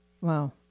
wow